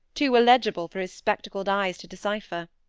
too illegible for his spectacled eyes to decipher.